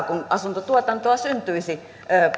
kun asuntotuotantoa syntyisi